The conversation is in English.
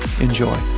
Enjoy